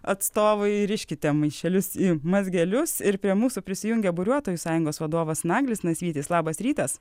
atstovui riškite maišelius į mazgelius ir prie mūsų prisijungia buriuotojų sąjungos vadovas naglis nasvytis labas rytas